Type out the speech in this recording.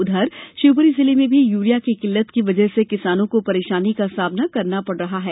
उधर शिवपुरी जिले में भी यूरिया की किल्लत की वजह से किसानों को परेशानी का सामना करना पड़ रहा है